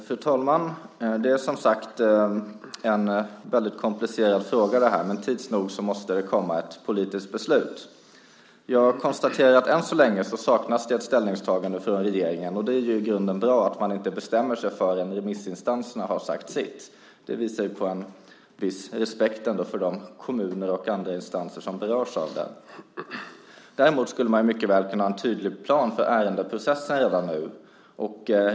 Fru talman! Det är en komplicerad fråga, men tids nog måste det komma ett politiskt beslut. Jag konstaterar att det än så länge saknas ett ställningstagande från regeringen. Det är i grunden bra att regeringen inte bestämmer sig förrän remissinstanserna har sagt sitt. Det visar på en viss respekt för de kommuner och andra instanser som berörs av remissen. Däremot skulle regeringen mycket väl redan nu kunna ha en tydlig plan för ärendeprocessen.